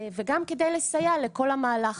וגם כדי לסייע לכל המהלך.